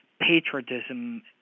patriotism